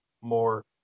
more